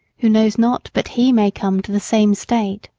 who knows not but he may come to the same state.